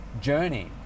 journey